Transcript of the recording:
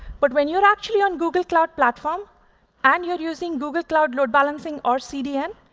but when you're actually on google cloud platform and you're using google cloud load balancing or cdn,